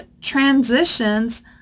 transitions